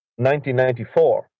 1994